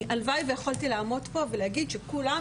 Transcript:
הלוואי ויכולתי לעמוד פה ולהגיד שכולם